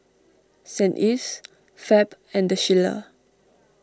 Saint Ives Fab and the Shilla